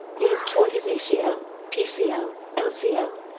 he has torn his acl, pcl, lcl,